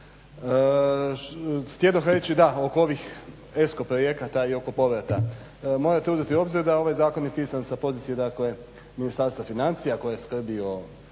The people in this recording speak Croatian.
Htjedoh reći da oko ovih ESCO projekata i oko povrata. Morate uzeti u obzir da ovaj zakon je pisan sa pozicije dakle Ministarstva financija koje skrbi